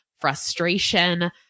frustration